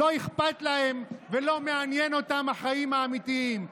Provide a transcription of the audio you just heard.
לא אכפת להם ולא מעניין אותם החיים האמיתיים".